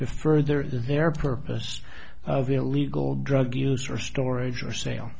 to further their purpose of illegal drug use or storage or sale